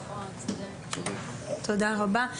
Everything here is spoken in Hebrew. נא לצאת החוצה לעשר דקות,